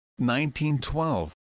1912